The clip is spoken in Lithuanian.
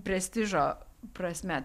prestižo prasme